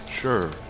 Sure